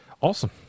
Awesome